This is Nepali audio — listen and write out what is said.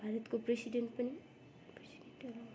भारतको प्रेसिडेन्ट पनि